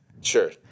sure